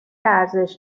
ارزش